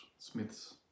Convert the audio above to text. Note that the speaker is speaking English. Smiths